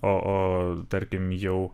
o o tarkim jau